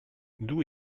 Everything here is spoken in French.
d’où